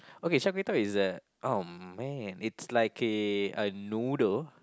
okay Char-Kway-Teow is the oh man it's like a a noodle